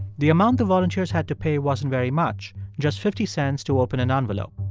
the amount of volunteers had to pay wasn't very much just fifty cents to open an envelope.